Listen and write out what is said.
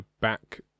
back